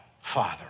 Father